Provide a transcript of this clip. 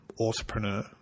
entrepreneur